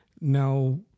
Now